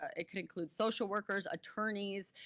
ah it could include social workers, attorneys,